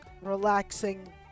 relaxing